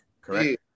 correct